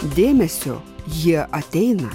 dėmesio jie ateina